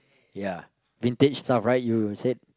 ya vintage stuff right you said